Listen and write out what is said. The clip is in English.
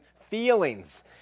feelings